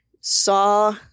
...saw